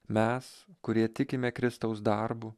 mes kurie tikime kristaus darbu